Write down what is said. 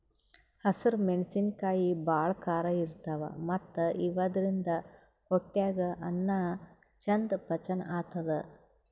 ಹಸ್ರ್ ಮೆಣಸಿನಕಾಯಿ ಭಾಳ್ ಖಾರ ಇರ್ತವ್ ಮತ್ತ್ ಇವಾದ್ರಿನ್ದ ಹೊಟ್ಯಾಗ್ ಅನ್ನಾ ಚಂದ್ ಪಚನ್ ಆತದ್